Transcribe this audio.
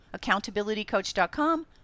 accountabilitycoach.com